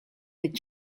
with